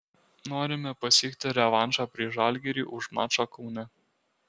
norime pasiekti revanšą prieš žalgirį už mačą kaune